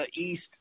East